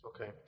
Okay